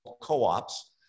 co-ops